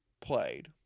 Played